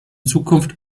zukunft